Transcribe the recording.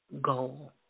goal